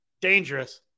Dangerous